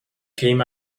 came